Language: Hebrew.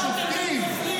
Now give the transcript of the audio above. השופטים.